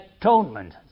atonement